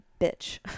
bitch